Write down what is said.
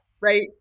right